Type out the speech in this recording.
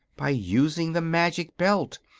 by using the magic belt.